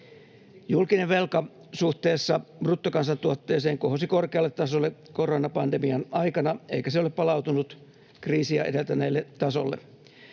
Julkinen velka suhteessa bruttokansantuotteeseen kohosi korkealle tasolle koronapandemian aikana, eikä se ole palautunut kriisiä edeltäneelle tasolle.